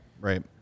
right